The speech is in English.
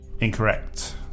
Incorrect